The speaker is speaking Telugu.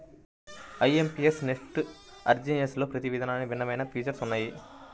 ఐఎమ్పీఎస్, నెఫ్ట్, ఆర్టీజీయస్లలో ప్రతి విధానానికి భిన్నమైన ఫీచర్స్ ఉన్నయ్యి